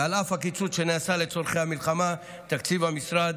ועל אף הקיצוץ שנעשה לצורכי המלחמה תקציב המשרד